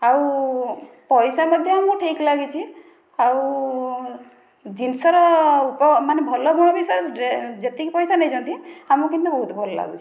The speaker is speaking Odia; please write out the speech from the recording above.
ଆଉ ପଇସା ମଧ୍ୟ ଆମକୁ ଠିକ୍ ଲାଗିଛି ଆଉ ଜିନିଷର ମାନେ ଭଲ ଗୁଣ ବିଷୟରେ ଯେତିକି ପଇସା ନେଇଛନ୍ତି ଆମକୁ କିନ୍ତୁ ବହୁତ ଭଲ ଲାଗୁଛି